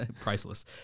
Priceless